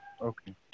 Okay